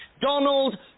Donald